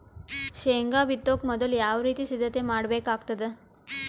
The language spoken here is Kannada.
ಶೇಂಗಾ ಬಿತ್ತೊಕ ಮೊದಲು ಯಾವ ರೀತಿ ಸಿದ್ಧತೆ ಮಾಡ್ಬೇಕಾಗತದ?